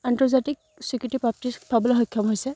আন্তৰ্জাতিক স্বীকৃতি প্ৰাপ্তি পাবলৈ সক্ষম হৈছে